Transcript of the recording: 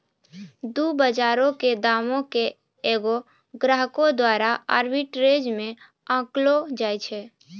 दु बजारो के दामो के एगो ग्राहको द्वारा आर्बिट्रेज मे आंकलो जाय छै